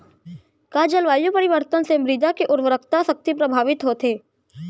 का जलवायु परिवर्तन से मृदा के उर्वरकता शक्ति प्रभावित होथे?